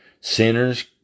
Sinners